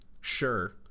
Sure